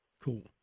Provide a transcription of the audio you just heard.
Cool